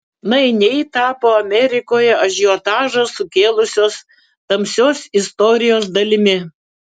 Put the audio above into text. nainiai tapo amerikoje ažiotažą sukėlusios tamsios istorijos dalimi